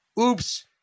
Oops